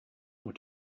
what